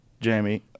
Jamie